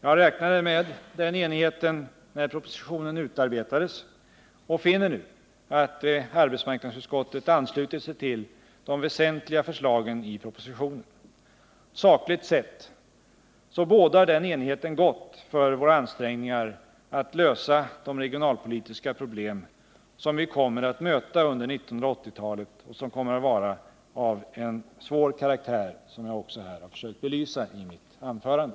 Jag räknade med denna enighet när propositionen utarbetades och finner nu att arbetsmarknadsutskottet anslutit sig till de väsentliga förslagen i propositionen. Sakligt sett bådar den enigheten gott för våra ansträngningar att lösa de regionalpolitiska problem som vi kommer att möta under 1980-talet och som till karaktären kommer att vara svåra, vilket jag också försökt belysa i mitt anförande.